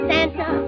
Santa